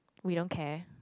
we don't care